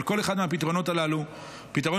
אבל כל אחד מהפתרונות הללו הוא פתרון